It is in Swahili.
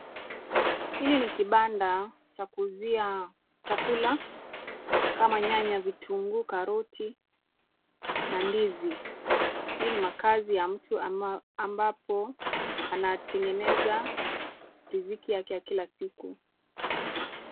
Hili ni kibanda cha kuuzia chakula kama nyanya, vitunguu, karoti na ndizi. Hii ni makaazi ya mtu ambapo anatengeneza riziki yake ya kila siku.